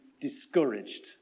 discouraged